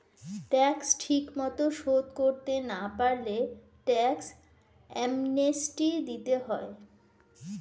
tax ঠিকমতো শোধ করতে না পারলে ট্যাক্স অ্যামনেস্টি দিতে হয়